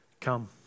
come